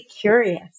curious